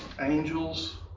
Angels